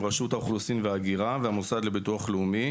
רשות האוכלוסין וההגירה והמוסד לביטוח לאומי.